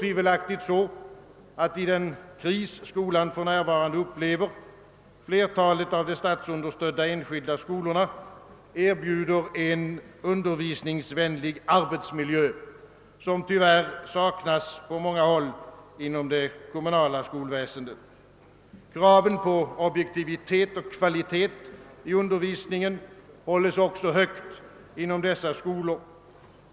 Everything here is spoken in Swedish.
I den kris skolan för närvarande upp ever erbjuder otvivelaktigt flertalet av Je statsunderstödda enskilda skolorna en undervisningsvänlig = arbetsmiljö, som tyvärr saknas på många håll inom det kommunala skolväsendet. Kraven på objektivitet och kvalitet i undervisningen hålls också högt inom dessa skolor.